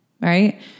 right